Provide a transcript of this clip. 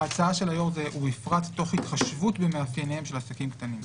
ההצעה של היום: ובפרט תוך התחשבות במאפייניהם של עסקים קטנים ובינוניים.